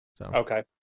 Okay